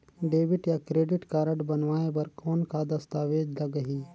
Debit या credit card बनवाय बर कौन का दस्तावेज लगही?